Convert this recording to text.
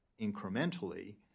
incrementally